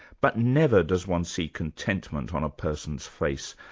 but never does one see contentment on a person's face.